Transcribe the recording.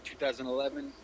2011